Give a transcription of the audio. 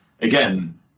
Again